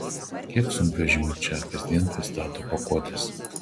kiek sunkvežimių čia kasdien pristato pakuotes